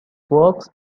works